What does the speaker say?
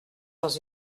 dans